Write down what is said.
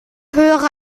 höhere